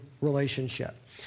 relationship